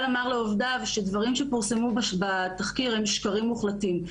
אמר לעובדיו שדברים שפורסמו בתחקיר הם שקרים מוחלטים.